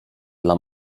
dla